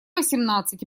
восемнадцать